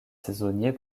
saisonnier